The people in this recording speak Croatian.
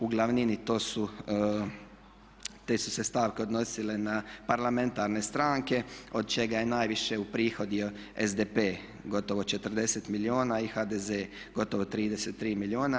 U glavnini te su se stavke odnosile na parlamentarne stranke od čega je najviše uprihodio SDP, gotovo 40 milijuna i HDZ gotovo 33 milijuna.